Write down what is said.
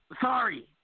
Sorry